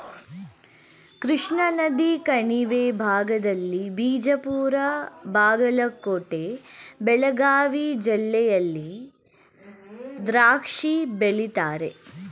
ಕೃಷ್ಣಾನದಿ ಕಣಿವೆ ಭಾಗದಲ್ಲಿ ಬಿಜಾಪುರ ಬಾಗಲಕೋಟೆ ಬೆಳಗಾವಿ ಜಿಲ್ಲೆಯಲ್ಲಿ ದ್ರಾಕ್ಷಿ ಬೆಳೀತಾರೆ